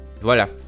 Voilà